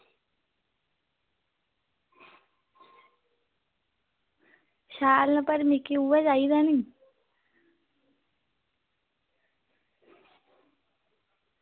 शैल न पर मिगी उ'ऐ चाहिदा नी